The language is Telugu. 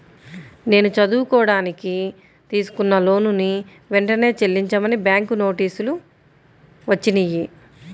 నేను చదువుకోడానికి తీసుకున్న లోనుని వెంటనే చెల్లించమని బ్యాంకు నోటీసులు వచ్చినియ్యి